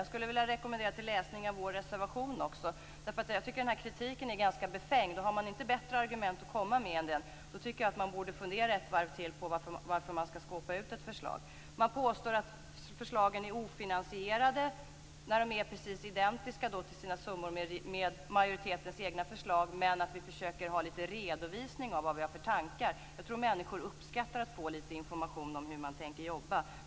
Jag skulle vilja rekommendera läsning av vår reservation, eftersom jag tycker att denna kritik är ganska befängd. Och om man inte har bättre argument att komma med, då tycker jag att man borde fundera ett varv till på varför man skall skåpa ut ett förslag. Man påstår att förslagen är ofinansierade, trots att kostnaderna för dem är identiska med majoritetens egna förslag. Men vi försöker redovisa för våra tankar. Jag tror att människor uppskattar att få lite information om hur vi tänker jobba.